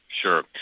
Sure